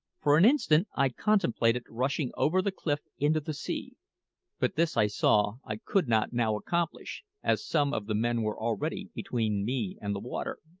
for an instant i contemplated rushing over the cliff into the sea but this, i saw, i could not now accomplish, as some of the men were already between me and the water.